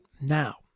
now